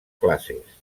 classes